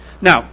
Now